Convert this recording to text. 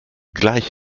gleich